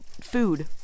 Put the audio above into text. food